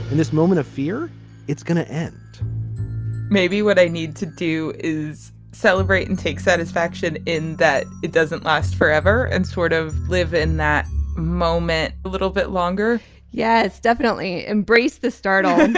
in this moment of fear it's going to end maybe what i need to do is celebrate and take satisfaction in that. it doesn't last forever and sort of live in that moment a little bit longer yeah it's definitely embrace the start. um